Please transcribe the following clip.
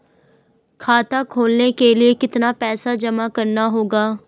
खाता खोलने के लिये कितना पैसा जमा करना होगा?